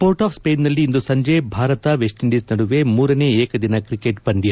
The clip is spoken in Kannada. ಪೋರ್ಟ್ ಆಫ್ ಸ್ಸೇನ್ನಲ್ಲಿ ಇಂದು ಸಂಜೆ ಭಾರತ ವೆಸ್ಸ್ ಇಂಡೀಸ್ ನಡುವೆ ಮೂರನೇ ಏಕದಿನ ಕ್ರಿಕೆಟ್ ಪಂದ್ಯ